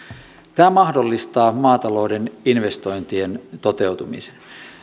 tämä mahdollistaa maatalouden investointien toteutumisen